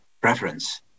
preference